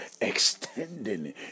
extending